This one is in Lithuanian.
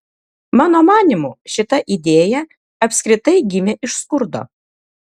mano manymu šita idėja apskritai gimė iš skurdo